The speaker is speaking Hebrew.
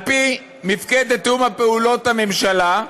על פי מפקדת תיאום פעולות הממשלה,